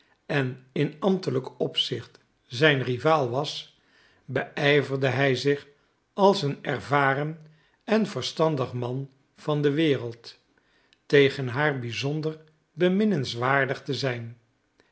en in ambtelijk opzicht zijn rival was beijverde hij zich als een ervaren en verstandig man van de wereld tegen haar bizonder beminnenswaardig te zijn